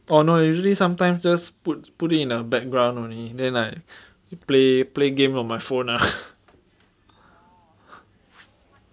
oh no usually sometimes just put put it in a background only then like play play games on my phone lah